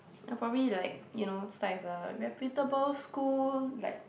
probably like you know start with a reputable school like